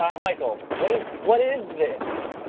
um michael, what is what is this?